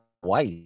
White